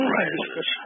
rises